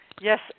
Yes